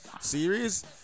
series